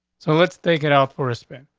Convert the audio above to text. so let's take it out for a spin.